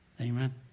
Amen